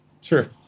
Sure